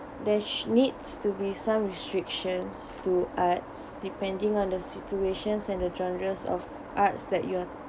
that's needs to be some restrictions to arts depending on the situations and the genres of arts that you are